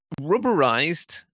rubberized